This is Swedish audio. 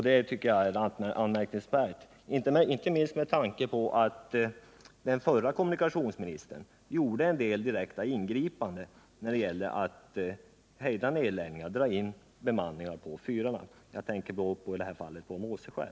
Det är anmärkningsvärt, inte minst med tanke på att den förre kommunikationsministern gjorde en del direkta ingripanden för att hejda nedläggningar och indragningar av bemanningen på fyrar. Jag tänker i detta fall på Måseskär.